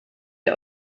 ihr